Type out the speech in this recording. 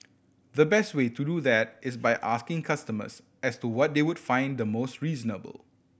the best way to do that is by asking customers as to what they would find the most reasonable